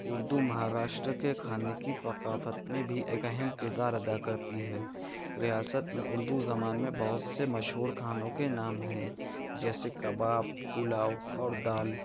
اردو مہاراشٹر کے کھانے کی ثقافت میں بھی ایک اہم کردار ادا کرتی ہے ریاست میں اردو زبان میں بہت سے مشہور کھانوں کے نام ہیں جیسے کباب پلاؤ اور دال